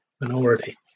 minority